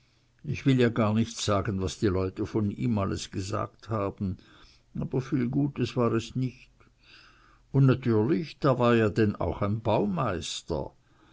ich will jar nich sagen was die leute von ihm alles gesagt haben aber viel jutes war es nich un natürlich da war ja denn auch ein